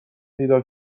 پیدا